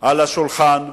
על השולחן,